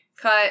cut